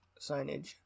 signage